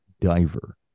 Diver